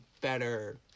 better